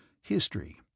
History